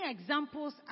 examples